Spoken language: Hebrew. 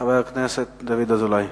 חבר הכנסת דוד אזולאי.